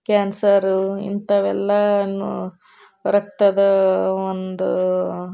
cancer ಇಂಥವೆಲ್ಲನೂ ರಕ್ತದ ಒಂದು